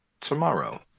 tomorrow